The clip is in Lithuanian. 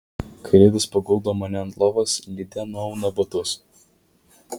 kai ridas paguldo mane ant lovos lidė nuauna batus